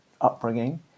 upbringing